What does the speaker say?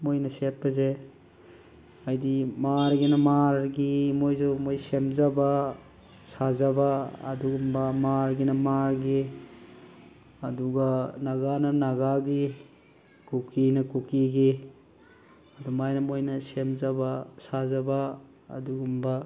ꯃꯣꯏꯅ ꯁꯦꯠꯄꯁꯦ ꯍꯥꯏꯗꯤ ꯃꯥꯔꯒꯤꯅ ꯃꯥꯔꯒꯤ ꯃꯣꯏꯁꯨ ꯃꯣꯏ ꯁꯦꯝꯖꯕ ꯁꯥꯖꯕ ꯑꯗꯨꯒꯨꯝꯕ ꯃꯥꯔꯒꯤꯅ ꯃꯥꯔꯒꯤ ꯑꯗꯨꯒ ꯅꯥꯒꯥꯅ ꯅꯥꯒꯥꯒꯤ ꯀꯨꯀꯤꯅ ꯀꯨꯀꯤꯒꯤ ꯑꯗꯨꯃꯥꯏꯅ ꯃꯣꯏꯅ ꯁꯦꯝꯖꯕ ꯁꯥꯖꯕ ꯑꯗꯨꯒꯨꯝꯕ